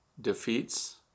defeats